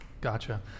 gotcha